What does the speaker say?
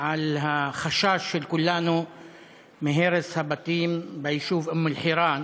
על החשש של כולנו מהרס הבתים ביישוב אום-אלחיראן,